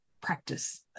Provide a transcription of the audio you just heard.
practice